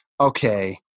okay